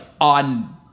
on